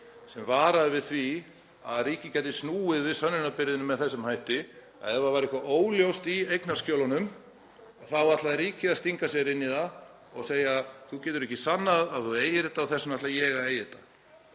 sem varaði við því að ríkið gæti snúið við sönnunarbyrðinni með þessum hætti, að ef það væri eitthvað óljóst í eignarskjölunum þá ætlaði ríkið að stinga sér inn í það og segja: Þú getur ekki sannað að þú eigir þetta og þess vegna ætla ég að eiga þetta.